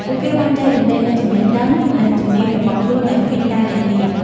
ពួកគេបានចែករំលែកនូវចំណេះដឹងនិងជំនាញរបស់ខ្លួនដោយគ្មានការលាក់លៀម។